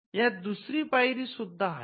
यात दुसरी पायरी सुद्धा आहे